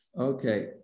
Okay